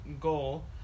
goal